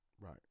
Right